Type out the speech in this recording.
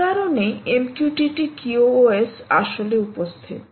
এই কারণেই MQTT QoS আসলে উপস্থিত